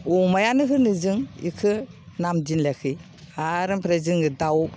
अमायानो होनो जों एखौ नाम दिनाखै आर आमफ्राइ जोङो दाउ